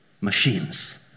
machines